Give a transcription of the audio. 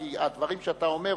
כי הדברים שאתה אומר,